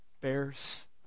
bears